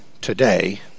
today